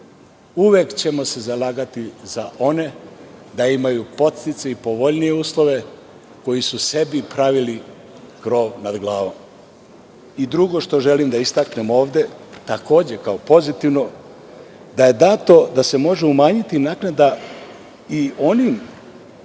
Uvek ćemo se zalagati za one da imaju podsticaj i povoljnije uslove koji su sebi pravili krov nad glavom. Drugo što želim da istaknem ovde, takođe kao pozitivno, da je dato da se može umanjiti naknada i onim